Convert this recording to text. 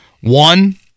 One